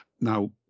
Now